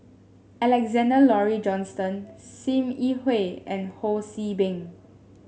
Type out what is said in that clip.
Alexander Laurie Johnston Sim Yi Hui and Ho See Beng